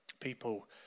People